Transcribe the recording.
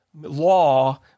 law